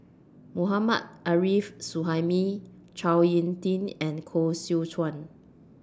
Mohammad Arif Suhaimi Chao Tin and Koh Seow Chuan